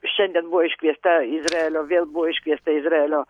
šiandien buvo iškviesta izraelio vėl buvo iškviesta izraelio